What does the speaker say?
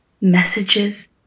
Messages